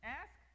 ask